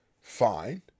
fine